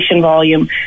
volume